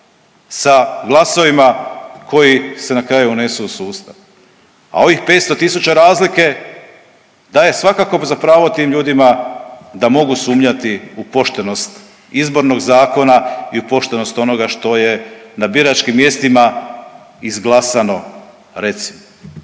sa glasovima koji se na kraju unesu u sustav, a ovih 500 tisuća razlike daje svakako za pravo tim ljudima da mogu sumnjati u poštenost izbornog zakona i u poštenost onoga što je na biračkim mjestima izglasano reci.